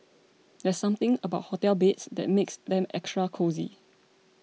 there's something about hotel beds that makes them extra cosy